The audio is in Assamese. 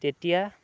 তেতিয়া